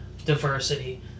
Diversity